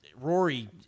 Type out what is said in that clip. Rory